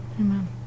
Amen